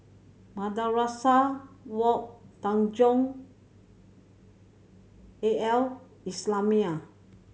Madrasah Wak Tanjong A L Islamiah